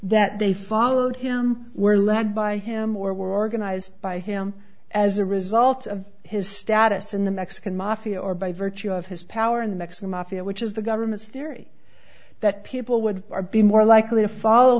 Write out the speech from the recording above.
that they followed him were led by him or were organized by him as a result of his status in the mexican mafia or by virtue of his power in mexico mafia which is the government's theory that people would be more likely to follow